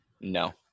no